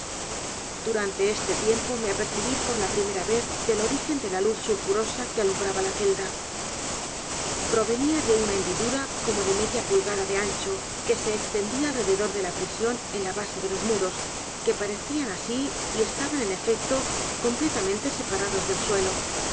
durante ese tiempo me apercibí por la primera vez del origen de la luz sulfurosa que alumbraba la celda provenía de una hendidura como de media pulgada de ancho que se extendía alrededor de la prisión en la base de los muros que parecían así y estaban en efecto completamente separados del suelo